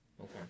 Okay